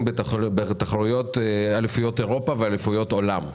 בתחרויות אליפויות אירופה ואליפויות עולם.